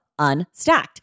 Unstacked